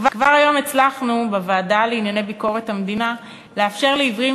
כבר היום הצלחנו בוועדה לענייני ביקורת המדינה לאפשר לעיוורים